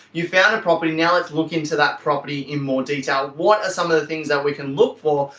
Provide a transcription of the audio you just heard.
you found a property now, let's look into that property in more detail. what are some of the things that we can look for,